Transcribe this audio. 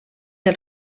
del